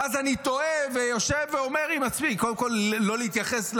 ואז אני תוהה ויושב ואומר לעצמי קודם כול לא להתייחס,